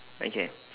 okay